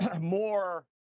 more